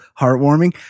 heartwarming